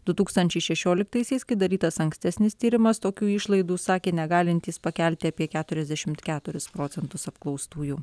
du tūkstančiai šešioliktaisiais kai darytas ankstesnis tyrimas tokių išlaidų sakė negalintys pakelti apie keturiasdešimt keturis procentus apklaustųjų